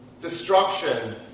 destruction